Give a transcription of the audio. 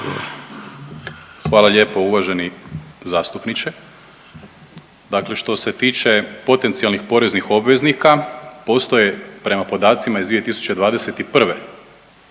Hvala lijepo uvaženi zastupniče. Dakle što se tiče potencijalnih poreznih obveznika, postoje prema podacima iz 2021.